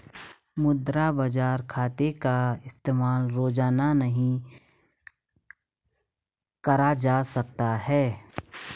मुद्रा बाजार खाते का इस्तेमाल रोज़ाना नहीं करा जा सकता